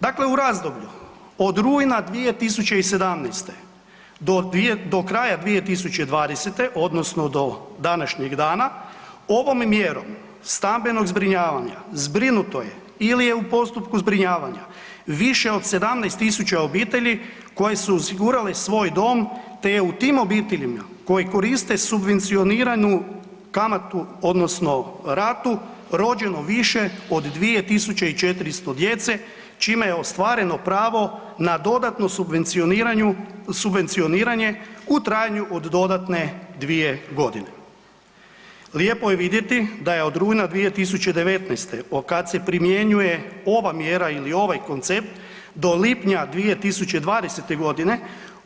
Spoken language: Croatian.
Dakle, u razdoblju od rujna 2017. do kraja 2020. odnosno do današnjeg dana ovom mjerom stambenog zbrinjavanja zbrinuto je ili je u postupku zbrinjavanja više od 17.000 obitelji koje su osigurale svoj dom, te je u tim obiteljima koje koriste subvencioniranu kamatu odnosno ratu rođeno više od 2400 djece, čime je ostvareno pravo na dodatno subvencioniranje u trajanju od dodatne 2.g. Lijepo je vidjeti da je od rujna 2019. otkad se primjenjuje ova mjera ili ovaj koncept do lipnja 2020.g.